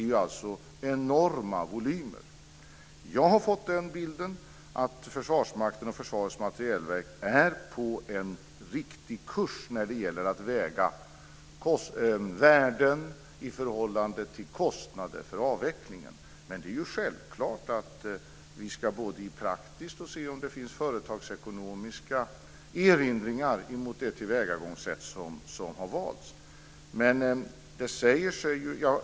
Det är alltså frågan om enorma volymer. Den bild jag har fått är att Försvarsmakten och Försvarets materielverk är på rätt kurs när det gäller att väga värden i förhållande till kostnader för avvecklingen. Men självklart ska vi se om det finns dels praktiska, dels företagsekonomiska erinringar mot det tillvägagångssätt som har valts.